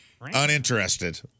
Uninterested